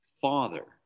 father